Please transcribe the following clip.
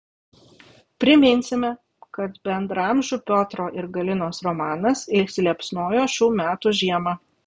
priminsime kad bendraamžių piotro ir galinos romanas įsiliepsnojo šių metų žiemą